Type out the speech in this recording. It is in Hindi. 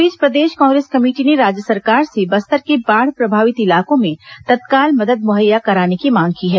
इस बीच प्रदेश कांग्रेस कमेटी ने राज्य सरकार से बस्तर के बाढ़ प्रभावित इलाकों में तत्काल मदद मुहैया कराने की मांग की है